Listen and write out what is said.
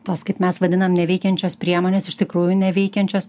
tos kaip mes vadinam neveikiančios priemonės iš tikrųjų neveikiančios